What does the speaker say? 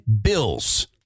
bills